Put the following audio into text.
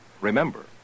Remember